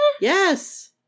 Yes